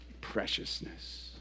preciousness